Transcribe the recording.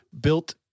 built